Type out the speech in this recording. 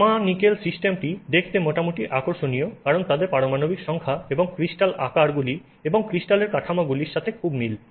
তামা নিকেল সিস্টেমটি দেখতে মোটামুটি আকর্ষণীয় কারণ তাদের পারমাণবিক সংখ্যা এবং কৃষ্টাল আকারগুলি এবং ক্রিস্টাল কাঠামোগুলির সাথে খুব মিল